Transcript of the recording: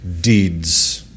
deeds